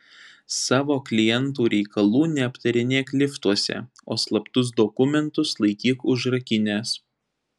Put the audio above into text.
savo klientų reikalų neaptarinėk liftuose o slaptus dokumentus laikyk užrakinęs